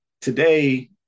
today